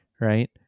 Right